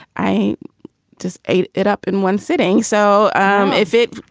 i just ate it up in one sitting. so um if it,